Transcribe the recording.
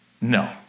no